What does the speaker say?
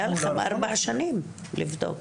היו לכם ארבע שנים לבדוק.